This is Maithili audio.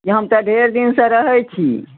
हम तऽ ढेर दिनसँ रहै छी